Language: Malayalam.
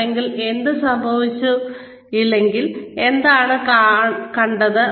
അതെ എങ്കിൽ അത് സംഭവിച്ചെങ്കിൽ നിങ്ങൾ എന്താണ് കണ്ടത്